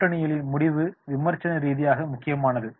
கூட்டணிகளின் முடிவு விமர்சன ரீதியாக முக்கியமானது